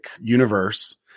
universe